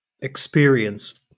experience